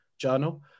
Journal